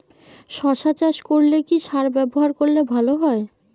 শশা চাষ করলে কি সার ব্যবহার করলে ভালো হয়?